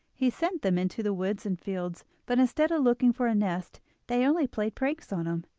he sent them into the woods and fields, but instead of looking for a nest they only played pranks on him.